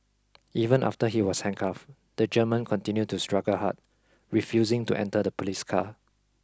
even after he was handcuffed the German continued to struggle hard refusing to enter the police car